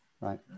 Right